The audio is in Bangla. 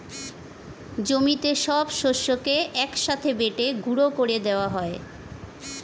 জমিতে সব শস্যকে এক সাথে বেটে গুঁড়ো করে দেওয়া হয়